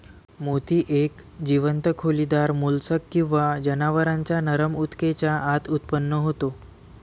मोती एक जीवंत खोलीदार मोल्स्क किंवा जनावरांच्या नरम ऊतकेच्या आत उत्पन्न होतो